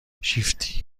شیفتی